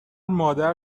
مادر